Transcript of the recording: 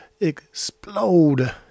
explode